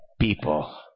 People